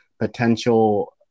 potential